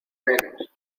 menos